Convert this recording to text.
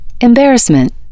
Embarrassment